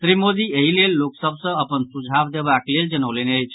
श्री मोदी एहि लेल लोक सभ सॅ अपन सुझाव देबाक लेल जनौलनि अछि